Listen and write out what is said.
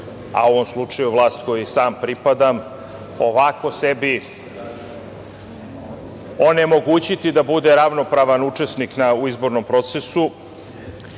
a u ovom slučaju vlast kojoj sam pripadam, ovako sebi onemogućiti da bude ravnopravan učesnik u izbornom procesu